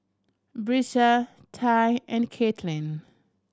Brisa Tye and Katelyn